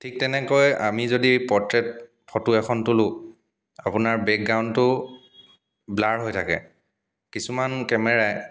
থিক তেনেকৈ আমি যদি পৰ্ট্ৰেইট ফটো এখন তুলোঁ আপোনাৰ বেকগ্ৰাউণ্ডটো ব্লাৰ হৈ থাকে কিছুমান কেমেৰাৰ